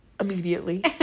Immediately